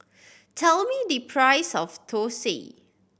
tell me the price of thosai